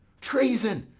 treason!